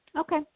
Okay